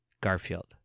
Garfield